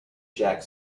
jack